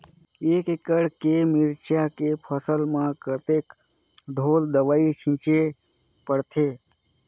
एक एकड़ के मिरचा के फसल म कतेक ढोल दवई छीचे पड़थे?